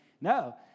no